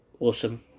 awesome